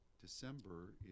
December